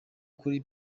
kuri